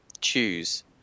choose